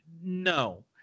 no